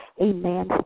Amen